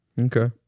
Okay